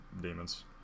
demons